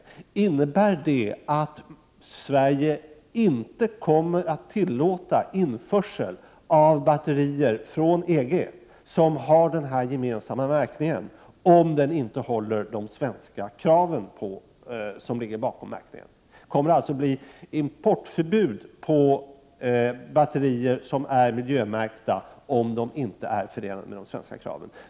Innebär det att Sverige kommer att införa förbud mot import från EG av batterier som är miljömärkta, om kraven på denna miljömärkning inte motsvarar svenska krav?